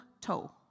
toe